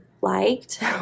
liked